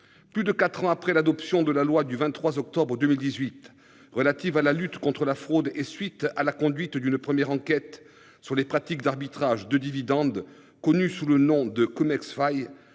Plus de quatre ans après l'adoption de la loi du 23 octobre 2018 relative à la lutte contre la fraude, et à la suite de la conduite d'une première enquête sur les pratiques d'arbitrage de dividendes, connues sous le nom de, un consortium de